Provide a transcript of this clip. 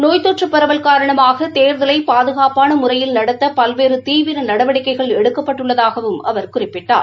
நோய் தொற்று பரவல் காரணமாக தேர்தலை பாதுகாப்பாள முறையில் நடத்த பல்வேறு தீவிர நடவடிக்கைகள் எடுக்கப்பட்டுள்ளதாகவும் அவர் குறிப்பிட்டார்